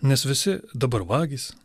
nes visi dabar vagys